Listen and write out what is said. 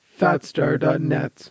Fatstar.net